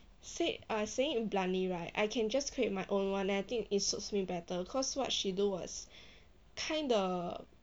said are saying it bluntly right I can just create my own and I think it suits me better cause what she do was kind of